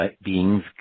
Being's